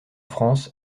france